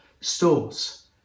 stores